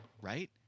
right